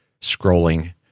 scrolling